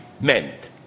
meant